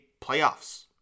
playoffs